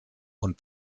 und